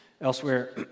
Elsewhere